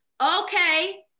okay